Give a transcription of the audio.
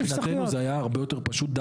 מבחינתנו זה היה הרבה יותר פשוט.